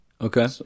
okay